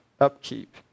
upkeep